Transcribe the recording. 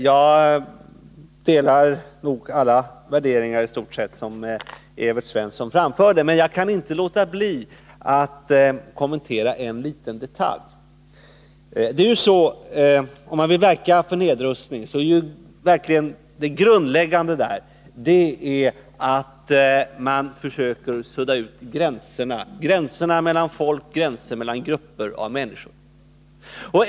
Jag delar i stort sett alla de värderingar som Evert Svensson gav uttryck för, men jag kan inte låta bli att kommentera en detalj. Om man vill verka för nedrustning är det grundläggande att man försöker sudda ut gränserna — gränserna mellan folk, gränserna mellan grupper av människor.